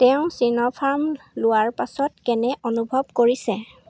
তেওঁ ছিনোফাৰ্ম লোৱাৰ পাছত কেনে অনুভৱ কৰিছে